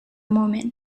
moment